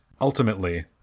Ultimately